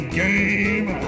game